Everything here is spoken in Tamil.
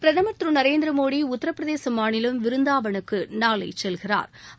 பிரதமர் திரு நரேந்திர மோடி உத்தரப்பிரதேச மாநிலம் விருந்தாவனுக்கு நாளை செல்கிறா்